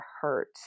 hurt